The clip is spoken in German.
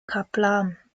kaplan